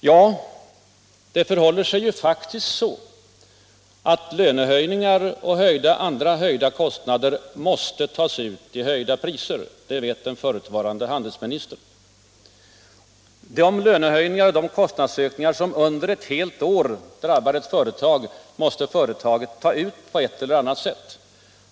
Ja, lönehöjningar och andra höjda kostnader måste faktiskt tas ut i form av höjda priser, det vet den förutvarande handelsministern. De lönehöjningar, de kostnadsökningar som under ett helt år drabbar ett företag måste företaget ta ut på ett eller annat sätt.